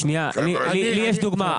לי יש דוגמה.